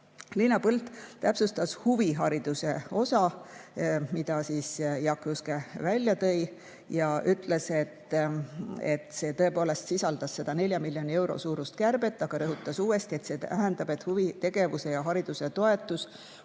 Liina Põld täpsustas huvihariduse osa, mida Jaak Juske välja tõi, ja ütles, et see tõepoolest sisaldas 4 miljoni euro suurust kärbet, aga rõhutas uuesti, et see tähendab, et huvitegevuse ja -hariduse toetus